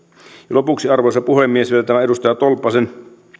lopuksi arvoisa puhemies vielä tähän edustaja tolppasen